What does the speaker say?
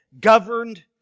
governed